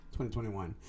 2021